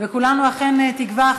כולנו אכן תקווה,